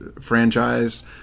franchise